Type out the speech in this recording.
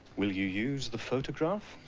will you use the photograph?